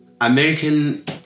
American